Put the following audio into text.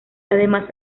además